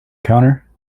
counter